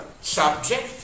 subject